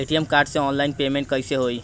ATM card से online payment कैसे होई?